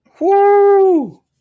Woo